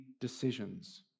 decisions